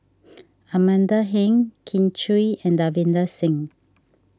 Amanda Heng Kin Chui and Davinder Singh